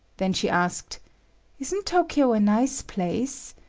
then she asked isn't tokyo a nice place?